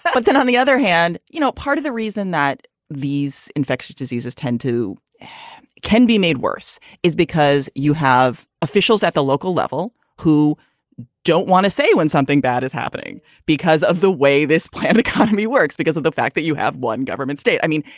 but but then on the other hand, you know, part of the reason that these infectious diseases tend to can be made worse is because you have officials at the local level who don't want to say when something bad is happening because of the way this plant economy works, because of the fact that you have one government state, i mean,